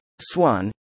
Swan